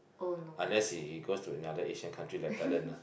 unless he he go another Asian country like Thailand lah